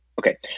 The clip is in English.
Okay